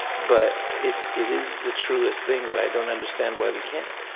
but it it is the truest thing that i don't understand why we can't.